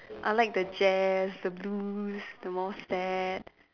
I like the jazz the blues the more sad